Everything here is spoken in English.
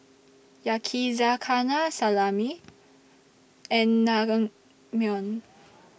Yakizakana Salami and Naengmyeon